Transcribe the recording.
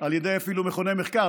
על ידי אפילו מכוני מחקר,